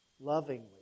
Lovingly